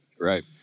right